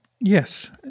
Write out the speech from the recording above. Yes